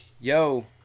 Yo